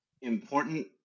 important